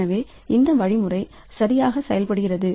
எனவே இந்த வழிமுறை சரியாக செயல்படுகிறது